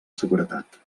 seguretat